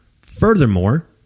Furthermore